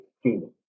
human